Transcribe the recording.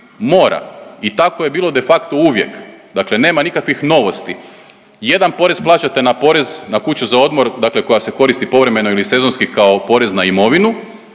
Mora. I tako je bilo de facto uvijek, dakle nema nikakvih novosti. Jedan porez plaćate na porez na kuću za odmor, dakle koja se koristi povremeno ili sezonski kao porez na imovinu,